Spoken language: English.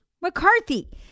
McCarthy